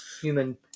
human